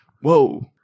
whoa